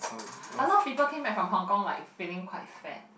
a lot of people came back from Hong Kong like feeling quite fat